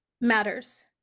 matters